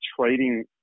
trading